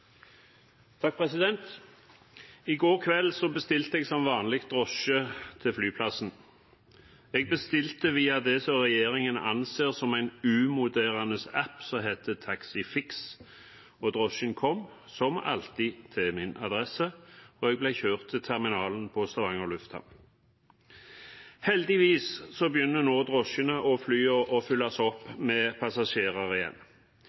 I går kveld bestilte jeg som vanlig drosje til flyplassen. Jeg bestilte via det regjeringen anser som en umoderne app, som heter Taxifix. Drosjen kom – som alltid – til min adresse, og jeg ble kjørt til terminalen på Stavanger lufthavn. Heldigvis begynner nå drosjer og fly å fylles opp med passasjerer igjen.